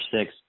six